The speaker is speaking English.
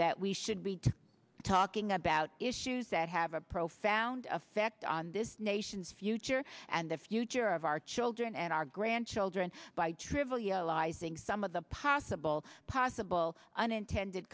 that we should be talking about issues that have a profound effect on this nation's future and the future of our children and our grandchildren by trivializing some of the possible possible unintended